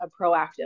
proactive